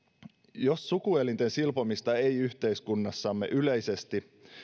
jos sukuelinten silpomista ei yhteiskunnassamme yleisesti